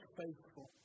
faithful